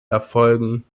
erfolgen